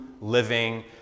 living